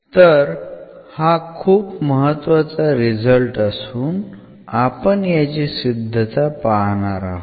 तर हा खूप महत्वाचा रिझल्ट असून आपण याची सिद्धता पाहणार आहोत